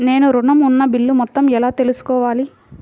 నేను ఋణం ఉన్న బిల్లు మొత్తం ఎలా తెలుసుకోవాలి?